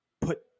put